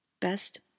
Best